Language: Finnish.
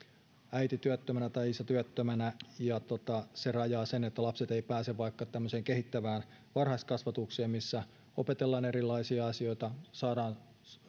äiti työttömänä tai isä työttömänä niin se rajaa sen että lapset eivät pääse vaikka tämmöiseen kehittävään varhaiskasvatukseen missä opetellaan erilaisia asioita saadaan